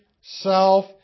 self